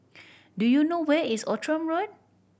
do you know where is Outram Road